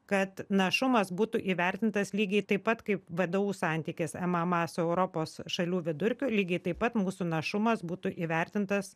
kad našumas būtų įvertintas lygiai taip pat kaip vdu santykis mma su europos šalių vidurkiu lygiai taip pat mūsų našumas būtų įvertintas